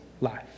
life